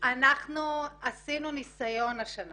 אנחנו עשינו ניסיון השנה